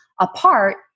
apart